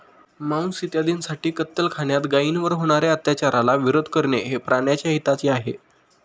मांस इत्यादींसाठी कत्तलखान्यात गायींवर होणार्या अत्याचाराला विरोध करणे हे प्राण्याच्या हिताचे आहे